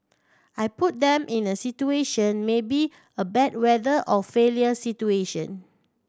I put them in a situation maybe a bad weather or failure situation